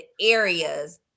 areas